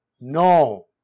No